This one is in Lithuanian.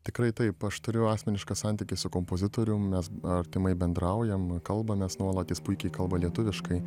tikrai taip aš turiu asmenišką santykį su kompozitorium mes artimai bendraujam kalbamės nuolat jis puikiai kalba lietuviškai